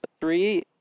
three